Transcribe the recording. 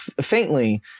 Faintly